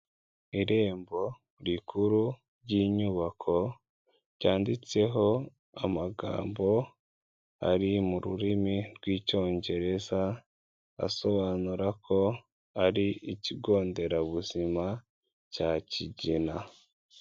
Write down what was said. Irembo rikuru ry'inyubako ryanditseho amagambo ari mu rurimi rw'icyongereza asobanura ko ari ikigonderabuzima cya Kigina.